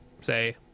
say